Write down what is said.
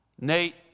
Nate